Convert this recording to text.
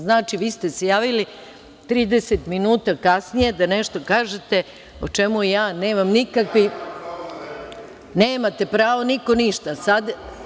Znači, vi ste se javili 30 minuta kasnije da nešto kažete o čemu nemam nikakve [[Vojislav Šešelj: Imam li pravo na repliku, da čujem šta sam joj rekao?]] Nemate pravo, niko ništa sada.